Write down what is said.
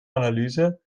analyse